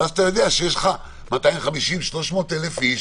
ואז אתה יודע שיש לך 300-250 אלף איש